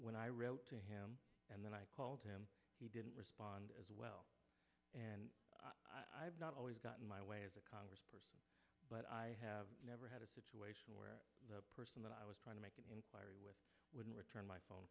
when i wrote to him and then i called him he didn't respond as well and i've not always gotten my way as a congressperson but i have never had a situation where the person that i was trying to make an inquiry with wouldn't return my phone